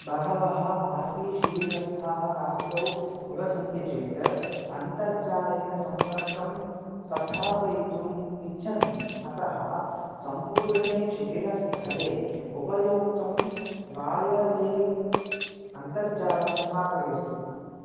बहवः R V शिबिरस्थाः रात्रौ निवसन्ति चेत् अन्तर्जालेन सम्पर्कं स्थापयितुम् इच्छन्ति अतः सम्पूर्णे शिबिरस्थले उपयोक्तुं वायरले अन्तर्जालं स्थापयन्तु